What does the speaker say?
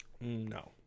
no